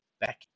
back